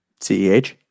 CEH